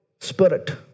spirit